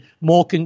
more